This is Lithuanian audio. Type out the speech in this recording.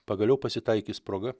pagaliau pasitaikys proga